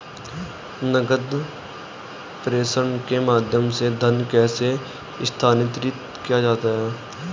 नकद प्रेषण के माध्यम से धन कैसे स्थानांतरित किया जाता है?